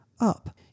up